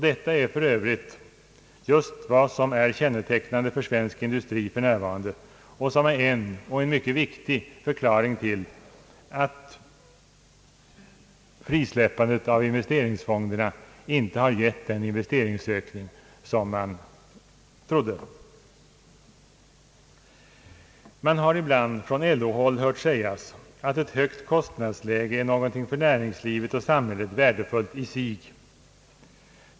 Detta är för övrigt just vad som är kännetecknande för svensk industri för närvarande och som är en — och en viktig — förklaring till att investeringsfondernas frisläppande inte tycks få den effekt i fråga om investeringsökning som man hade tänkt sig. Man har ibland från LO-håll hört sägas att ett högt kostnadsläge är något för näringslivet och samhället värdefullt i sig.